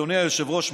אדוני היושב-ראש,